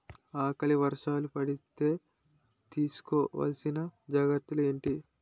ఆకలి వర్షాలు పడితే తీస్కో వలసిన జాగ్రత్తలు ఏంటి?